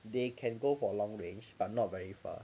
they can go for long range but not very far